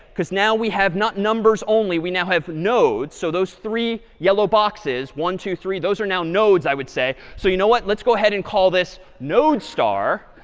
because now we have not numbers only, we now have nodes. so those three yellow boxes, one two, three, those are now nodes, i would say. so you know what? let's go ahead and call this node star.